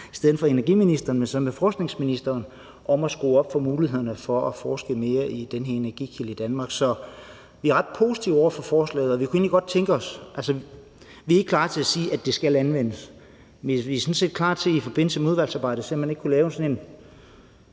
i stedet for energiministeren så med forskningsministeren – i forhold til at skrue op for mulighederne for at forske mere i den her energikilde i Danmark. Så vi er ret positive over for forslaget. Vi er ikke klar til at sige, at det skal anvendes, men vi er sådan set klar til i forbindelse med udvalgsarbejdet at se, om man ikke kunne lave en